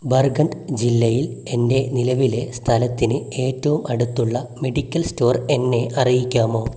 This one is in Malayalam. ബർഗൻഢ് ജില്ലയിൽ എൻ്റെ നിലവിലെ സ്ഥലത്തിന് ഏറ്റവും അടുത്തുള്ള മെഡിക്കൽ സ്റ്റോർ എന്നെ അറിയിക്കാമോ